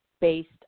based